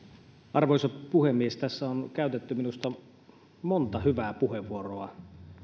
arvoisa puhemies tässä on käytetty minusta monta hyvää puheenvuoroa